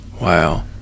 Wow